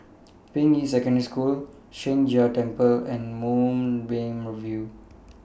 Ping Yi Secondary School Sheng Jia Temple and Moonbeam View